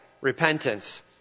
Repentance